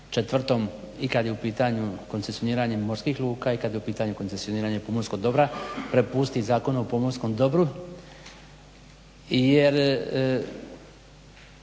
članku 4. i kad je u pitanju koncesioniranje morskih luka i kad je u pitanju koncesioniranje pomorskog dobra prepusti Zakonu o pomorskom dobru jer